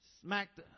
smacked